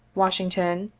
washington,